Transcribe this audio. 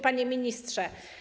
Panie Ministrze!